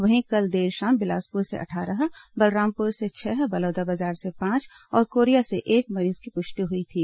वहीं कल देर शाम बिलासपुर से अट्ठारह बलरामपुर से छह बलौदाबाजार से पांच और कोरिया से एक मरीज की पुष्टि हुई थी